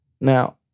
Now